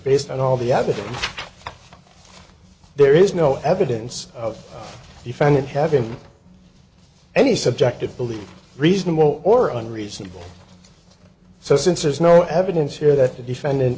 based on all the evidence there is no evidence of defendant having any subjective belief reasonable or unreasonable so since there is no evidence here that the defendant